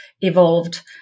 evolved